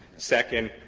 second,